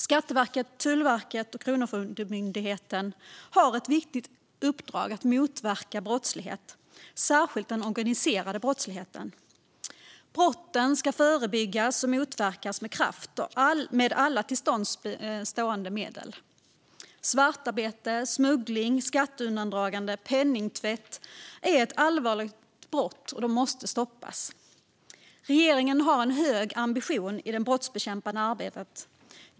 Skatteverket, Tullverket och Kronofogdemyndigheten har ett viktigt uppdrag att motverka brottslighet, särskilt den organiserade brottsligheten. Brotten ska förebyggas och motverkas med kraft med alla till buds stående medel. Svartarbete, smuggling, skatteundandragande och penningtvätt är allvarliga brott, och de måste stoppas. Regeringen har en hög ambition i det brottsbekämpande arbetet.